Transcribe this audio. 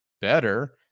better